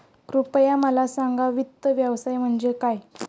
कृपया मला सांगा वित्त व्यवसाय म्हणजे काय?